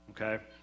Okay